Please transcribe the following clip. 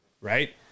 right